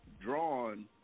Drawn